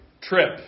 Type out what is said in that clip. trip